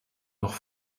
nog